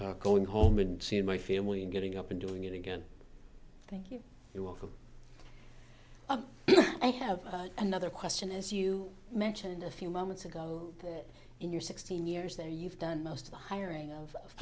i'm going home and seeing my family and getting up and doing it again thank you you're welcome i have another question as you mentioned a few moments ago in your sixteen years there you've done most of the hiring of